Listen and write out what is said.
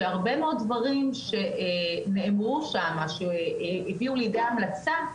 שהרבה מאוד דברים שנאמרו שמה שהביאו לידי המלצה,